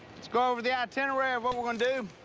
let's go over the itinerary of what we're gonna do.